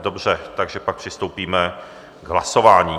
Dobře, takže pak přistoupíme k hlasování.